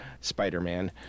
Spider-Man